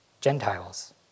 Gentiles